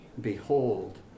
Behold